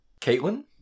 caitlin